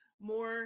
more